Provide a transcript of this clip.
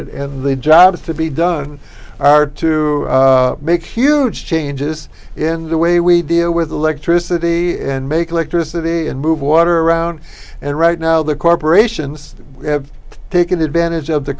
it and the jobs to be done are to make huge changes in the way we deal with electricity and make electricity and move water around and right now the corporations have taken advantage